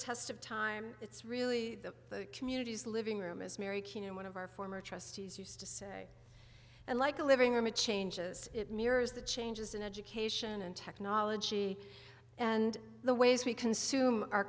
test of time it's really the communities living room is mary keenan one of our former trustees used to say and like a living room it changes it mirrors the changes in education and technology and the ways we consume